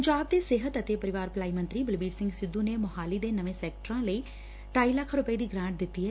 ਪੰਜਾਬ ਦੇ ਸਿਹਤ ਅਤੇ ਪਰਿਵਾਰ ਭਲਾਈ ਮੰਤਰੀ ਬਲਬੀਰ ਸਿੰਘ ਸਿੱਧੂ ਨੇ ਮੋਹਾਲੀ ਦੇ ਨਵੇਂ ਸੈਕਟਰਾਂ ਲਈ ਢਾਈ ਲੱਖ ਰੁਪਏ ਦੀ ਗਰਾਂਟ ਦਿੱਤੀ ਏ